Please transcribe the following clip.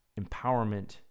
empowerment